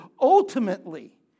ultimately